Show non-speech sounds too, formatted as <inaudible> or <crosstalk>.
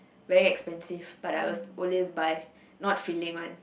very expensive but I'll <noise> always buy not filling one